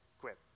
quit